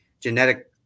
genetic